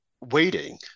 waiting